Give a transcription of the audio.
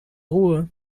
ruhe